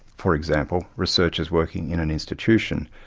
for example researchers working in an institution,